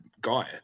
guy